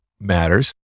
Matters